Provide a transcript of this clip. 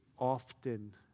often